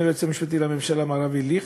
למשנה ליועץ המשפט לממשלה, מר אבי ליכט,